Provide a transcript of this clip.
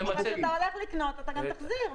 כשאתה הולך לקנות אתה גם תחזיר.